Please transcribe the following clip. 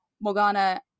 morgana